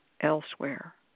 elsewhere